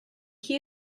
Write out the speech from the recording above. key